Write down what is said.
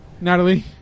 Natalie